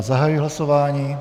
Zahajuji hlasování.